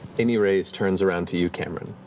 aimee reyes turns around to you, cameron,